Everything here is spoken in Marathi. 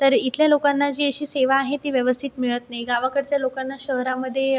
तर इथल्या लोकांना जी अशी सेवा आहे ती व्यवस्थित मिळत नाही गावाकडच्या लोकांना शहरामध्ये